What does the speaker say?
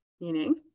Meaning